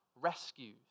rescues